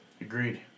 agreed